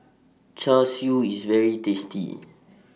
Char Siu IS very tasty